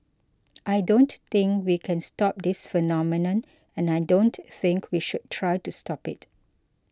I don't think we can stop this phenomenon and I don't think we should try to stop it